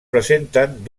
presenten